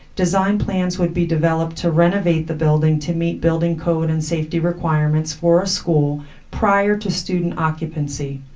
design plans would be developed to renovate the building to meet building code and safety requirements for a school prior to student occupancy.